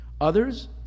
Others